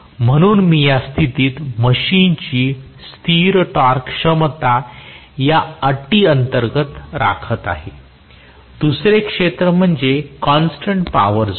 म्हणून मी या स्थितीत मशीनची स्थिर टॉर्क क्षमता या अटी अंतर्गत राखत आहे दुसरे क्षेत्र म्हणजे कॉन्स्टन्ट पॉवर झोन